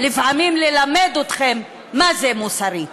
לפעמים ללמד אתכם מה זה מוסרי.